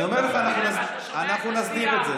אני אומר לך, אנחנו נסדיר את זה.